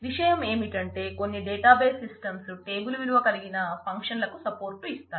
విషయం ఏమిటంటే కొన్ని డేటాబేస్ సిస్టమ్స్ వచ్చాయి